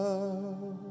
Love